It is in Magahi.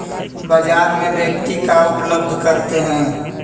बाजार में व्यक्ति का उपलब्ध करते हैं?